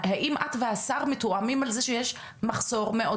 האם את והשר מתואמים על זה שיש מחסור מאוד